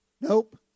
Nope